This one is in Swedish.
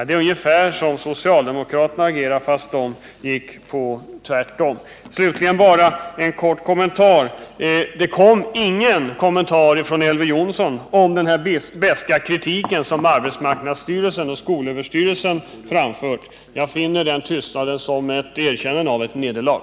Det påminner om socialdemokraternas agerande — fast de gjorde tvärtom. Slutligen vill jag säga att det inte kom någon kommentar från Elver Jonsson om den beska kritik som arbetsmarknadsstyrelsen och skolöverstyrelsen framfört. Jag betraktar den tystnaden som ett erkännande av ett nederlag.